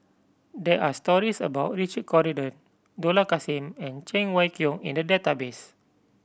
there are stories about Richard Corridon Dollah Kassim and Cheng Wai Keung in the database